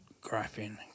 Graphing